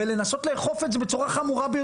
ולנסות לאכוף את זה בצורה חמורה ביותר.